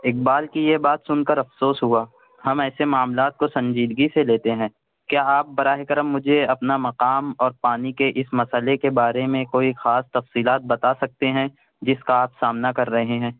اقبال کی یہ بات سن کر افسوس ہوا ہم ایسے معاملات کو سنجیدگی سے لیتے ہیں کیا آپ براہ کرم مجھے اپنا مقام اور پانی کے اس مسئلے کے بارے میں کوئی خاص تفصیلات بتا سکتے ہیں جس کا آپ سامنا کر رہے ہیں